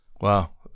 Wow